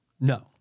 No